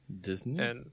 Disney